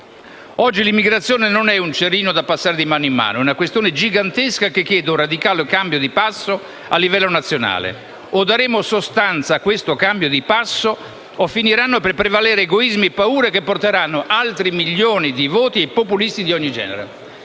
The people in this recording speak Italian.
«Oggi l'immigrazione non è un cerino da passare di mano in mano. È una questione gigantesca che chiede un radicale cambio di passo a livello nazionale. O daremo sostanza a questo cambio di passo o finiranno per prevalere egoismi e paure, che porteranno altri milioni di voti ai populisti di ogni genere».